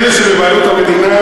אלה שבבעלות המדינה,